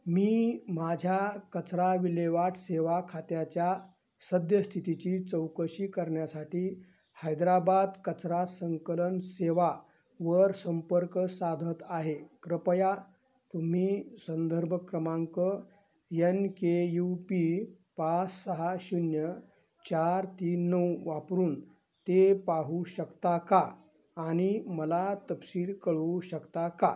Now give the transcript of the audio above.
मी माझ्या कचरा विल्हेवाट सेवा खात्याच्या सद्यस्थितीची चौकशी करण्यासाठी हैद्राबाद कचरा संकलन सेवा वर संपर्क साधत आहे कृपया तुम्ही संदर्भ क्रमांक यन केे यू पी पाच सहा शून्य चार तीन नऊ वापरून ते पाहू शकता का आणि मला तपशील कळवू शकता का